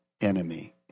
enemy